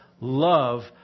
love